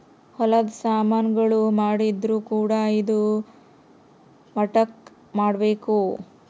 ಹೊಲದ ಸಾಮನ್ ಗಳು ಮಾಡಿದ್ರು ಕೂಡ ಇದಾ ಮಟ್ಟಕ್ ಮಾಡ್ಬೇಕು